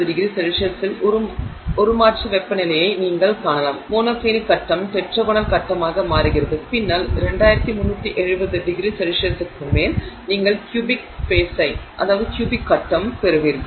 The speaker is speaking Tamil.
1170ºC இல் உருமாற்ற வெப்பநிலையை நீங்கள் காணலாம் மோனோக்ளினிக் கட்டம் டெட்ராகோனல் கட்டமாக மாறுகிறது பின்னர் 2370ºC க்கு மேல் நீங்கள் கியூபிக் ஃபேஸைப் பெறுவீர்கள்